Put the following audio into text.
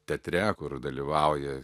teatre kur dalyvauja